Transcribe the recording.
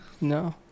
No